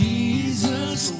Jesus